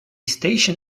station